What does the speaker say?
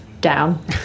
down